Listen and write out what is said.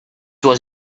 was